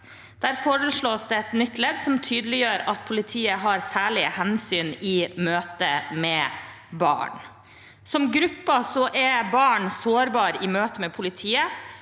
Der foreslås det et nytt ledd som tydeliggjør at politiet skal ta særlige hensyn i møte med barn. Som gruppe er barn sårbare i møte med politiet,